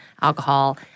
alcohol